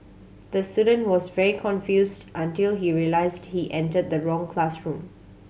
the student was very confused until he realised he entered the wrong classroom